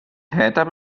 täter